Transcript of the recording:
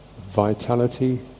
vitality